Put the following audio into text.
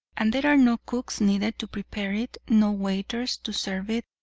and there are no cooks needed to prepare it, no waiters to serve it,